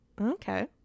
okay